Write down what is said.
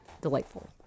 Delightful